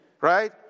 Right